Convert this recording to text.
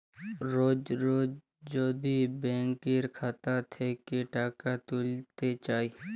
রজ রজ যদি ব্যাংকের খাতা থ্যাইকে টাকা ত্যুইলতে চায়